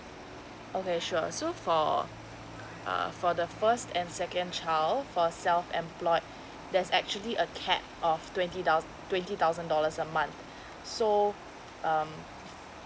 okay sure so for uh for the first and second child for self employed there's actually a cap of twenty doll~ twenty thousand dollars a month so um